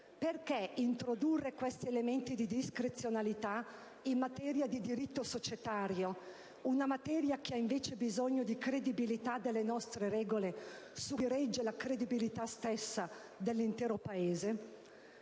Perché introdurre questi elementi di discrezionalità in materia di diritto societario, una materia che ha invece bisogno di credibilità delle nostre regole, su cui regge la credibilità stessa dell'intero Paese?